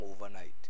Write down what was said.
overnight